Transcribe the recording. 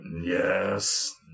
Yes